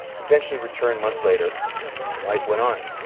eventually returned months later and life went on.